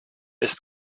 ist